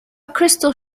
crystal